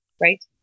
right